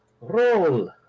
Roll